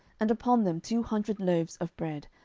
and upon them two hundred loaves of bread,